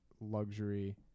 luxury